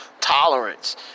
tolerance